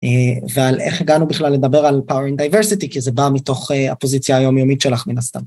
ועל איך הגענו בכלל לדבר על power and diversity, כי זה בא מתוך הפוזיציה היומיומית שלך, מן הסתם.